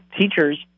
teachers